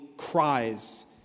cries